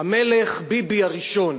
המלך ביבי הראשון.